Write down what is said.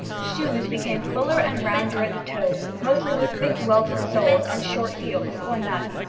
shoes became fuller and rounder at the toes, mostly with thick welted soles and short heels, or none.